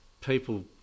people